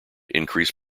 increase